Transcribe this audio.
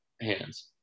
hands